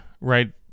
right